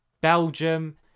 Belgium